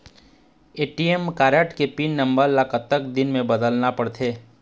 ATM card के pin number ला कतक दिन म बदलना पड़थे?